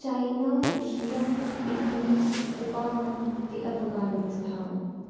China Russia Italy Japan ते अफगानिस्तान